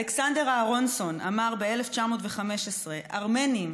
אלכסנדר אהרונסון אמר ב-1915: "ארמנים,